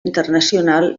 internacional